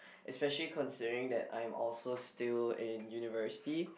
especially considering that I'm also still in university